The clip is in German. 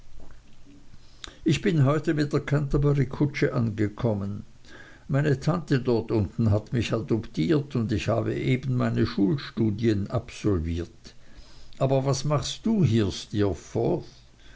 ich bin heute mit der canterburykutsche angekommen meine tante dort unten hat mich adoptiert und ich habe eben meine schulstudien absolviert aber was machst du hier